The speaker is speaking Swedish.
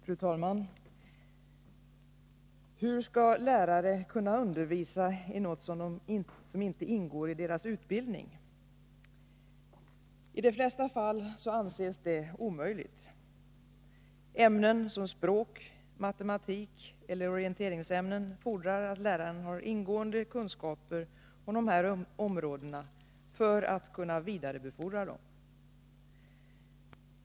Fru talman! ”Hur skall lärare kunna undervisa i något som inte ingår i deras utbildning? I de flesta fall anses det omöjligt. Ämnen som språk, matematik eller orienteringsämnen fordrar att läraren har ingående kunskaper inom dessa områden för att kunna vidarebefordra dem.